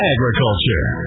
Agriculture